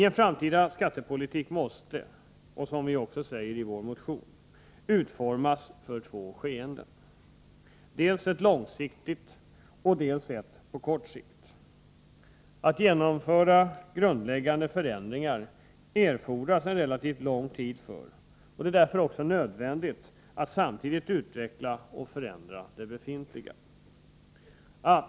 En framtida skattepolitik måste, som vi säger i motionen, utformas för två skeenden: dels ett långsiktigt, dels ett kortsiktigt. För att genomföra grundläggande förändringar erfordras en relativt lång tid, och det är därför nödvändigt att samtidigt utveckla och förändra det befintliga systemet.